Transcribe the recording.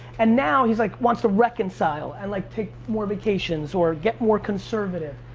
and now he's like, wants to reconcile, and like take more vacations, or get more conservative.